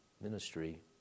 ministry